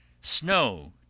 snow